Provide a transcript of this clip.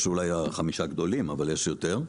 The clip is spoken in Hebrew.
יש אולי חמישה גדולים, אבל יש יותר.